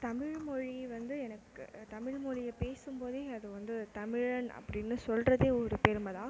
தமிழ் மொழி வந்து எனக்கு தமிழ் மொழியை பேசும் போதே அது வந்து தமிழன் அப்படின்னு சொல்கிறதே ஒரு பெருமை தான்